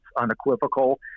unequivocal